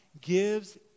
gives